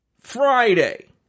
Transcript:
Friday